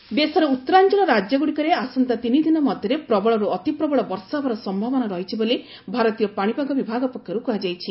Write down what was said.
heavy rainfall ଦେଶର ଉତ୍ତରାଞ୍ଚଳ ରାଜ୍ୟଗୁଡ଼ିକରେ ଆସନ୍ତା ତିନିଦିନ ମଧ୍ୟରେ ପ୍ରବଳରୁ ଅତିପ୍ରବଳ ବର୍ଷା ହେବାର ସମ୍ଭାବନା ରହିଛି ବୋଲି ଭାରତୀୟ ପାଣିପାଗ ବିଭାଗ ପକ୍ଷରୁ କୁହାଯାଇଛି